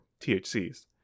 THCs